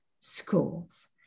schools